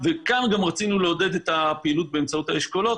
וכאן גם רצינו לעודד את הפעילות באמצעות האשכולות,